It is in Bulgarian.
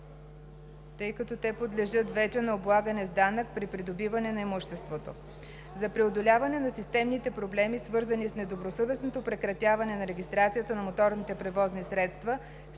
ИЛИЕВА: …подлежат вече на облагане с данък при придобиване на имуществото. За преодоляване на системните проблеми, свързани с недобросъвестното прекратяване на регистрацията на моторните превозни средства